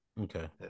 Okay